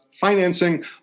financing